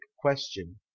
question